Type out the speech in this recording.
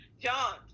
John